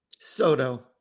Soto